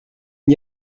n’y